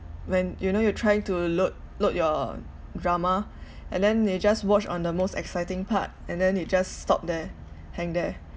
when you know you're trying to load load your drama and then they just watch on the most exciting part and then it just stop there hang there